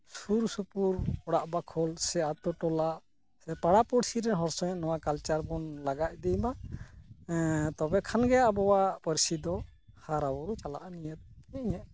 ᱥᱩᱨᱼᱥᱩᱯᱩᱨ ᱚᱲᱟᱜ ᱵᱟᱠᱷᱳᱞ ᱥᱮ ᱟᱛᱳ ᱴᱚᱞᱟ ᱥᱮ ᱯᱟᱲᱟ ᱯᱩᱲᱥᱤ ᱨᱚᱱ ᱦᱚᱲ ᱥᱚᱸᱜᱮ ᱱᱚᱣᱟ ᱠᱟᱞᱪᱟᱨ ᱵᱚᱱ ᱞᱟᱜᱟ ᱤᱫᱤᱭ ᱢᱟ ᱛᱚᱵᱮ ᱠᱷᱟᱱ ᱜᱮ ᱟᱵᱚᱣᱟᱜ ᱯᱟᱹᱨᱥᱤ ᱫᱚ ᱦᱟᱨᱟ ᱵᱩᱨᱩ ᱪᱟᱞᱟᱜᱼᱟ ᱟᱨ ᱱᱤᱭᱟᱹ ᱜᱮᱛᱤᱧ ᱤᱧᱟᱹᱜ